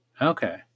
Okay